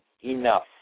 enough